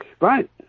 Right